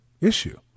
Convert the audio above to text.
issue